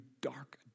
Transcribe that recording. dark